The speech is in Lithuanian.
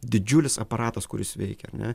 didžiulis aparatas kuris veikia ar ne